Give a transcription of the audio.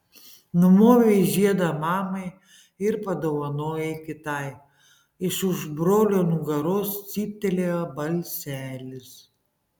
numovei žiedą mamai ir padovanojai kitai iš už brolio nugaros cyptelėjo balselis